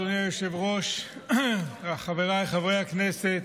אדוני היושב-ראש, חבריי חברי הכנסת,